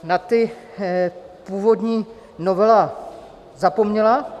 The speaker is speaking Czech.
Na ty původní novela zapomněla.